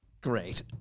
Great